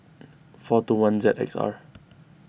four two one Z X R